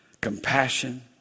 compassion